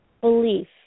belief